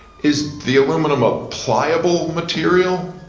is the aluminum a pliable material?